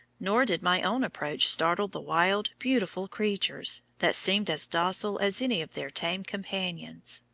nor did my own approach startle the wild, beautiful creatures, that seemed as docile as any of their tame companions.